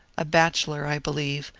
a bachelor i be lieve,